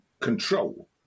control